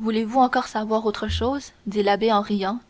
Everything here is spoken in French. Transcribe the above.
voulez-vous encore savoir autre chose dit l'abbé en riant